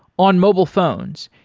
on mobile phones,